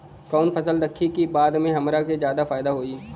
कवन फसल रखी कि बाद में हमरा के ज्यादा फायदा होयी?